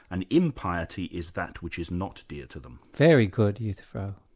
and impiety is that which is not dear to them. very good, euthyphro,